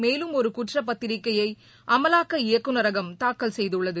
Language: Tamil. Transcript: மேலும் ஒரு குற்றப்பத்திரிக்கையை அமலாக்க இயக்குநரகம் தாக்கல் செய்துள்ளது